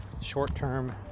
short-term